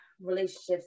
relationships